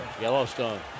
Yellowstone